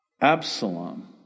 Absalom